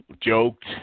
joked